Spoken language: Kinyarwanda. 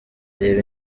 reba